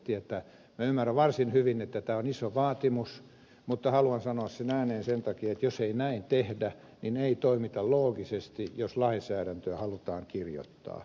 minä ymmärrän varsin hyvin että tämä on iso vaatimus mutta haluan sanoa sen ääneen sen takia että jos ei näin tehdä niin ei toimita loogisesti jos lainsäädäntöä halutaan kirjoittaa